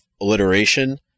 alliteration